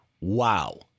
wow